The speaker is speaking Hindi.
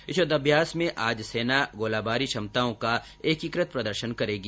इस युद्धअभ्यास में आज सेना गोलाबारी क्षमताओं का एकीकृत प्रदर्शन करेगी